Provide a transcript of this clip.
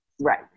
Right